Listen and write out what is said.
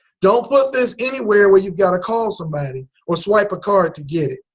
don't put this anywhere where you've got to call somebody. or swipe a card to get it.